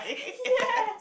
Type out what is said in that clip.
ya